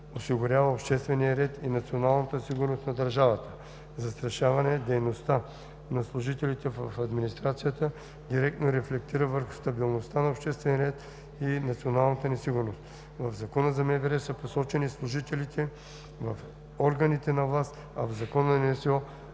осигурява обществения ред и националната сигурност на държавата. Застрашаването на дейността на служителите в администрацията директно рефлектира върху стабилността, обществения ред и националната ни сигурност. В Закона за МВР са посочени служители в органите на власт, а в Закона за НСО